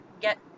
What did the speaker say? get